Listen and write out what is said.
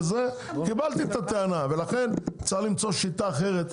קיבלתי את הטענה ולכן צריך למצוא שיטה אחרת,